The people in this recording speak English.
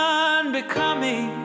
unbecoming